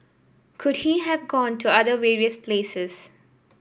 could he have gone to other various places